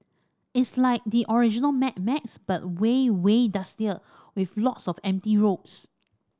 it's like the original Mad Max but way way dustier with lots of empty roads